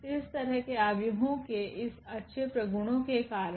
इस तरह के आव्यूहों के इस अच्छे प्रगुणों के कारण